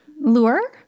lure